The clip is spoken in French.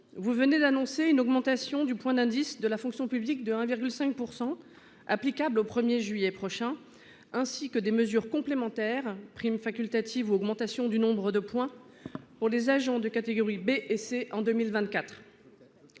Vous venez d'annoncer une augmentation du point d'indice de la fonction publique de 1,5% applicable au 1er juillet prochain ainsi que des mesures complémentaires prime facultative, augmentation du nombre de points. Pour les agents de catégorie B et C, en 2024.